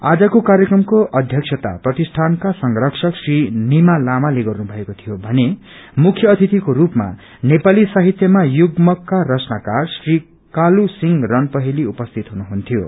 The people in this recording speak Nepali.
आजको कार्यक्रमको अध्यक्षता प्रतिष्ठानका संगरक्षक श्री निमा लामाले गर्नु भएको थियो भने मुख्य अतिथिको रूपमा नेपाली साहित्यमा युग्मकका रचनाकार श्री कालूसिंह रणपहेली उपस्थित हुनुहुन्थ्यो